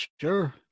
sure